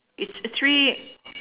it a tree